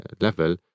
level